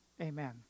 Amen